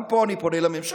גם פה אני פונה לממשלה,